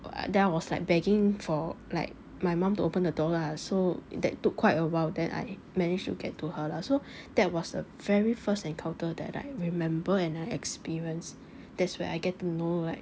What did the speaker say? then I was like begging for like my mum to open the door lah so in that took quite a while then I managed to get to her lah so that was a very first encounter that I remember and I experience that's where I get to know like